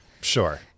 Sure